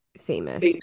Famous